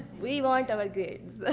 we want our grades.